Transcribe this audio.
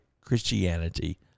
Christianity